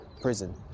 prison